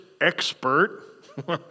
expert